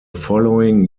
following